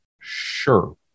Sure